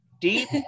deep